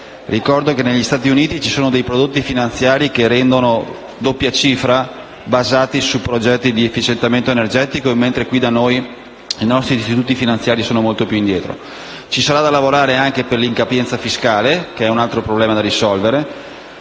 Ricordo che negli Stati Uniti ci sono dei prodotti finanziari, che rendono doppia cifra, basati su progetti di efficientamento energetico, mentre da noi i nostri istituti finanziari sono molto più indietro. Ci sarà da lavorare anche per l'incapienza fiscale, che è un altro problema da risolvere.